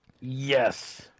Yes